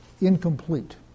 incomplete